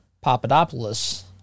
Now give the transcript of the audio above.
Papadopoulos